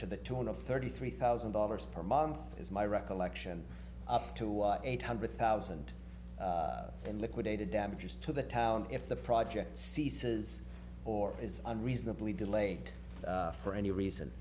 to the tune of thirty three thousand dollars per month is my recollection up to eight hundred thousand and liquidated damages to the town if the project ceases or is unreasonably delayed for any reason